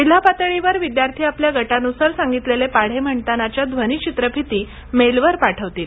जिल्हा पातळीवर विद्यार्थी आपल्या गटानुसार सांगितलेले पाढे म्हणतानाच्या ध्वनीचित्रफितीमेलवर पाठवतील